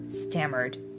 stammered